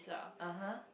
ah [huh]